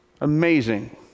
Amazing